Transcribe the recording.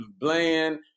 Bland